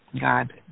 God